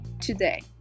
today